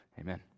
Amen